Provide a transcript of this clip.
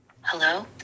Hello